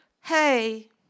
hey